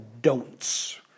don'ts